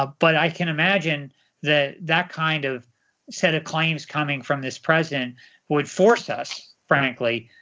ah but i can imagine that that kind of set of claims coming from this president would force us, frankly,